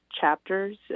chapters